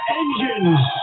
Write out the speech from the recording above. engines